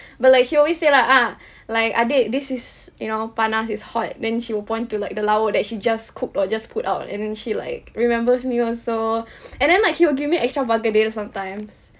but like she always say like ah like adik this is you know panas it's hot then she will point to like the lauk that she just cooked or just put out and then she like remembers me also and then like she will give me extra bergedel sometimes